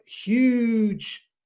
huge